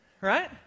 Right